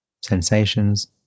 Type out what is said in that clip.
sensations